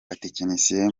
batekinisiye